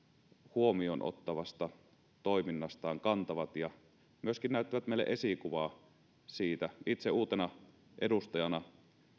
huomioon ottavasta toiminnastaan kantaa ja myöskin näyttää meille esikuvaa itse uutena edustajana